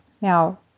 Now